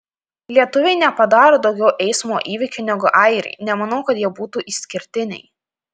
lietuviai nepadaro daugiau eismo įvykių negu airiai nemanau kad jie būtų išskirtiniai